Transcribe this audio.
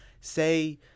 Say